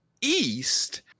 East